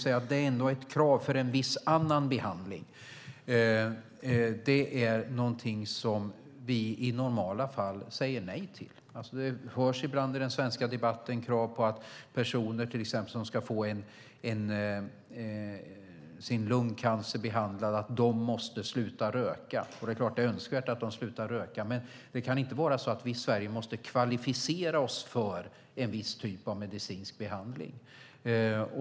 Krav som ställs för en viss annan medicinsk behandling är förstås någonting som vi i normala fall säger nej till. Det hörs ibland i den svenska debatten krav på att personer som till exempel ska få sin lungcancer behandlad måste sluta röka. Det är klart att det är önskvärt att de slutar röka, men det kan inte vara så att vi i Sverige måste kvalificera oss för en viss typ av medicinsk behandling.